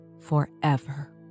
forever